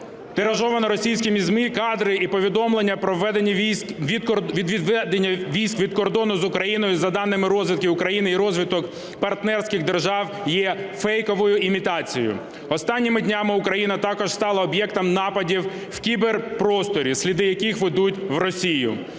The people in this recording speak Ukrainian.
тиражована російськими ЗМІ, кадри і повідомлення про відведення військ від кордону з Україною за даними розвідки України і розвідок партнерських держав є фейковою імітацією. Останніми днями Україна також стала об'єктом нападів в кіберпросторі, сліди яких ведуть в Росію.